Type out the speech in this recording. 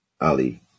Ali